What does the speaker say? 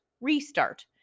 restart